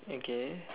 okay